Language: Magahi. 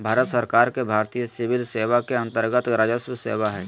भारत सरकार के भारतीय सिविल सेवा के अन्तर्गत्त राजस्व सेवा हइ